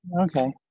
Okay